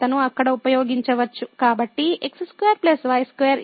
కాబట్టి x2 y2 ఇందులో